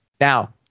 Now